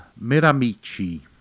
Miramichi